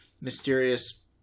mysterious